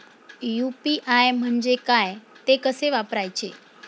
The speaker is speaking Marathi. यु.पी.आय म्हणजे काय, ते कसे वापरायचे?